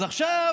אז עכשיו